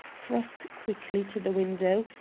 crossed quickly to the window,